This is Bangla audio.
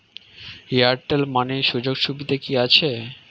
এয়ারটেল মানি সুযোগ সুবিধা কি আছে?